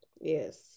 Yes